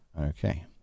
Okay